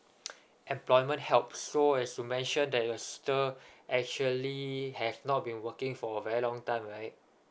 employment helps so as you mentioned that your sister actually have not been working for very long time right